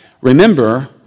Remember